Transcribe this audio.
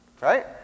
Right